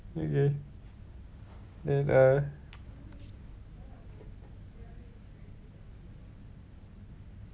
okay then uh